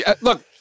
Look